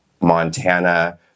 Montana